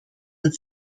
and